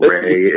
Ray